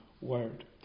word